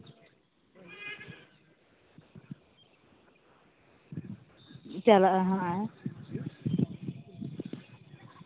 ᱪᱟᱞᱟᱜᱼᱟ ᱦᱟᱸᱜᱼᱟ ᱟᱭ